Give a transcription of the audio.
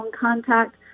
contact